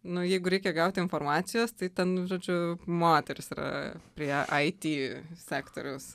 nu jeigu reikia gauti informacijos tai ten žodžiu moterys yra prie it sektoriaus